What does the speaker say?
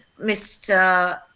Mr